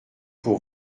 pour